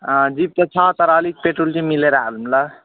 अँ जिप त छ तर अलिक पेट्रोल चाहिँ मिलेर हालौँला